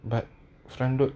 but front load